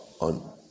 on